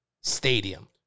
stadium